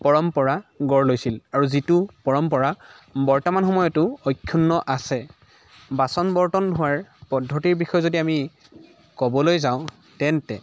পৰম্পৰা গঢ় লৈছিল আৰু যিটো পৰম্পৰা বৰ্তমান সময়তো অক্ষুণ্ণ আছে বাচন বৰ্তন ধোৱাৰ পদ্ধতিৰ বিষয়ে যদি আমি ক'বলৈ যাওঁ তেন্তে